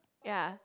ya